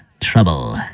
Trouble